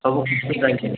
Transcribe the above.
ସବୁ ଠିକ୍ ଠାକ୍ ଚାଲିଛି